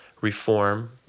reform